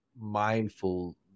mindful